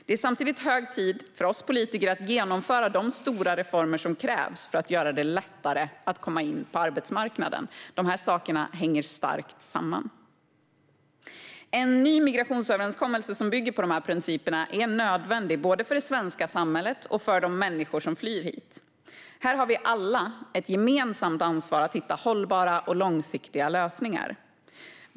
Det är samtidigt hög tid för oss politiker att genomföra de stora reformer som krävs för att göra det lättare att komma in på arbetsmarknaden. Dessa saker hänger starkt samman. En ny migrationsöverenskommelse som bygger på dessa principer är nödvändig både för det svenska samhället och för de människor som flyr hit. Här har vi alla ett gemensamt ansvar att hitta hållbara och långsiktiga lösningar.